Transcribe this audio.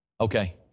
Okay